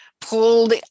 pulled